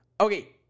Okay